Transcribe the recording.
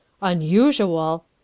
Unusual